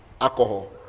alcohol